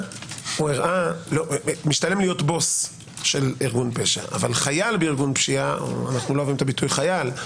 משתלם להיות בוס של ארגון פשע אבל דג רקק בארגון פשיעה - לא משתלם.